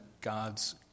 God's